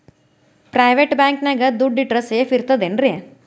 Private bank ನ್ಯಾಗ್ ದುಡ್ಡ ಇಟ್ರ ಸೇಫ್ ಇರ್ತದೇನ್ರಿ?